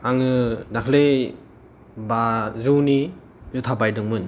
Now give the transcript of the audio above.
आङो दाखालि बाजौनि जुथा बायदोंमोन